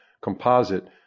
composite